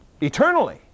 eternally